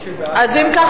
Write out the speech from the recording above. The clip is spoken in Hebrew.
אם כך,